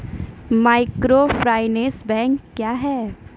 Microfinance bank क्या हैं?